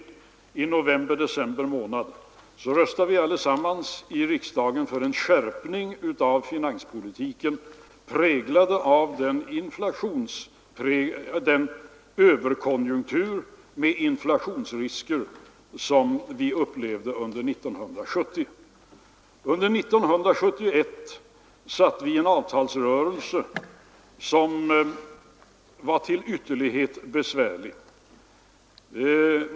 Så sent som i november-december månad 1970 röstade vi alla i riksdagen för en skärpning av finanspolitiken, på grund av den överkonjunktur med inflationsrisker som vi upplevde 1970. Under 1971 hade vi en avtalsrörelse som var ytterligt besvärlig.